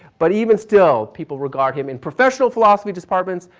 but even still people regard him in professional philosophy departments,